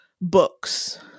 books